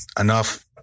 enough